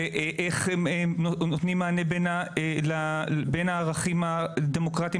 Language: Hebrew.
ואיך נותנים מענה בין הערכים הדמוקרטיים